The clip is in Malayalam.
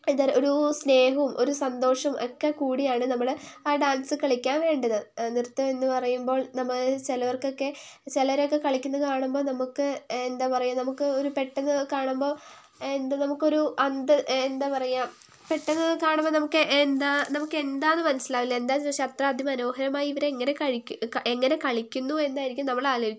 എന്താണ് ഒരു സ്നേഹവും ഒരു സന്തോഷവും ഒക്കെക്കൂടിയാണ് നമ്മൾ ആ ഡാൻസ് കളിക്കാൻ വേണ്ടത് നൃത്തം എന്നു പറയുമ്പോൾ നമ്മളിൽ ചിലവർക്കൊക്കെ ചിലരൊക്കെ കളിക്കുന്ന കാണുമ്പോൾ നമുക്ക് എന്താ പറയുക നമുക്ക് ഒരു പെട്ടെന്ന് കാണുമ്പോൾ എന്താ നമുക്കൊരു എന്താ പറയുക പെട്ടെന്ന് കാണുമ്പോൾ നമുക്ക് എന്താ നമുക്ക് എന്താണെന്ന് മനസ്സിലാവില്ല എന്താണെന്നു ചോദിച്ചാൽ അത്ര അതിമനോഹരമായി ഇവരെങ്ങനെ എങ്ങനെ കളിക്കുന്നു എന്നായിരിക്കും നമ്മൾ ആലോചിക്കുക